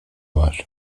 var